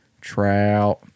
trout